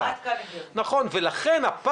לכן,